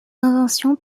invention